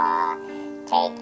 Take